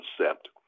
concept